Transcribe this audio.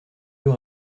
deux